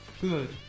good